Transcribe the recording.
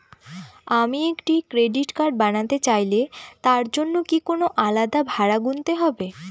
আমি একটি credit card বানাতে চাইলে তার জন্য কি কোনো আলাদা ভাড়া গুনতে হবে?